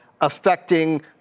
affecting